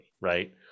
Right